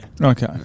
Okay